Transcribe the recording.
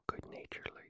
good-naturedly